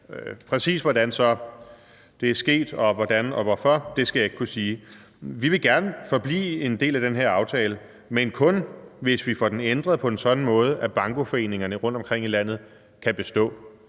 Præcis hvordan det så er sket og hvordan og hvorfor, skal jeg ikke kunne sige. Vi vil gerne forblive en del af den her aftale, men kun hvis vi får den ændret på en sådan måde, at bankoforeningerne rundtomkring i landet kan bestå.